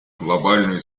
глобальную